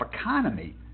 economy